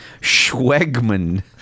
schwegman